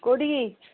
କୋଉଠିକି